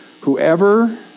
whoever